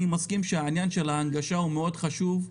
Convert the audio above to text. אני מסכים שעניין ההנגשה חשוב מאוד,